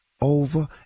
over